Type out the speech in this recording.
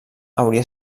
hauria